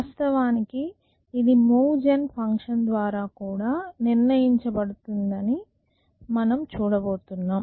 వాస్తవానికి ఇది మూవ్ జెన్ ఫంక్షన్ ద్వారా కూడా నిర్ణయించబడుతుంది అని మనం చూడబోతున్నాం